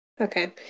Okay